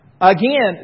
Again